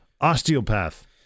Osteopath